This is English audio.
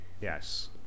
Yes